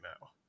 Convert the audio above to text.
now